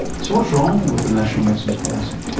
so what's wrong with the national medicines policy?